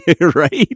Right